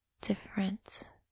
different